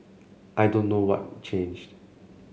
I don't know what changed